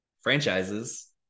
franchises